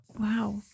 Wow